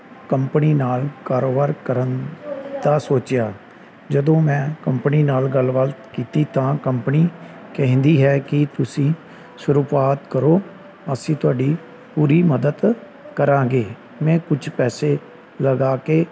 company ਨਾਲ ਕਾਰੋਬਾਰ ਕਰਨ ਦਾ ਸੋਚਿਆ ਜਦੋਂ ਮੈਂ ਕੰਪਨੀ ਨਾਲ ਗੱਲਬਾਤ ਕੀਤੀ ਤਾਂ ਕੰਪਨੀ ਕਹਿੰਦੀ ਹੈ ਕਿ ਤੁਸੀਂ ਸ਼ੁਰੂਆਤ ਕਰੋ ਅਸੀਂ ਤੁਹਾਡੀ ਪੂਰੀ ਮਦਦ ਕਰਾਂਗੇ ਮੈਂ ਕੁਝ ਪੈਸੇ ਲਗਾ ਕੇ